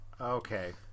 Okay